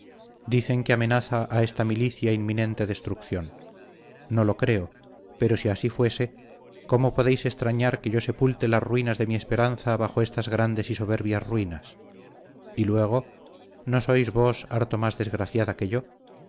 dicen que amenaza a esta milicia inminente destrucción no lo creo pero si así fuese cómo podéis extrañar que yo sepulte las ruinas de mi esperanza bajo estas grandes y soberbias ruinas y luego no sois vos harto más desgraciada que yo